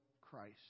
Christ